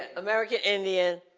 american indian,